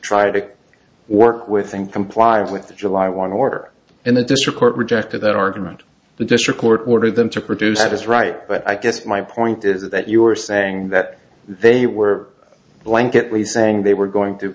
try to work with and comply with the july want to order in the district court rejected that argument the district court ordered them to produce this right but i guess my point is that you are saying that they were blanket lease saying they were going to